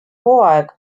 hooaeg